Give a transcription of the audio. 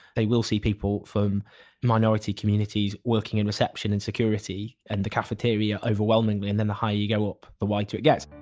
they will see people from minority communities working in reception and security and the cafeteria overwhelmingly and then the higher you go up the whiter it gets